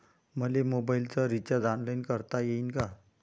मले मोबाईलच recharge online करता येईन का?